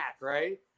right